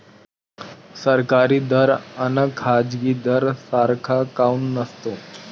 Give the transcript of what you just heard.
सरकारी दर अन खाजगी दर सारखा काऊन नसतो?